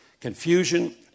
confusion